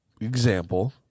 example